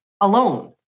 alone